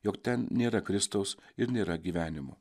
jog ten nėra kristaus ir nėra gyvenimo